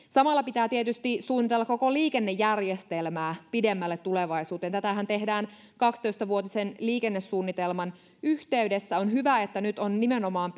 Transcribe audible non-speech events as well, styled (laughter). samalla pitää tietysti suunnitella koko liikennejärjestelmää pidemmälle tulevaisuuteen tätähän tehdään kaksitoista vuotisen liikennesuunnitelman yhteydessä on hyvä että nyt on nimenomaan (unintelligible)